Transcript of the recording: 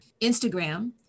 Instagram